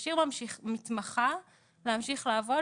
ואפשר למתמחה להמשיך לעבוד,